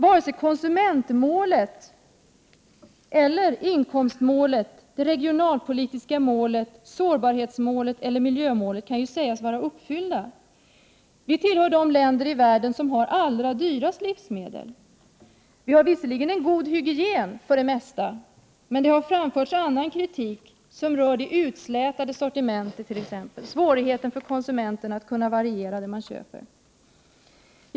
Varken konsumentmålet, inkomstmålet, det regionalpolitiska målet, sårbarhetsmålet eller miljömålet kan sägas vara uppfyllt. Sverige tillhör de länder i världen som har de allra dyraste livsmedlen. Vi har visserligen för det mesta en god hygien, men det har framförts annan kritik som rör det utslätade sortimentet, svårigheten för konsumenten att kunna variera det som köps.